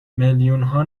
میلیونها